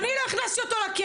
אה, נראה שטוב להם?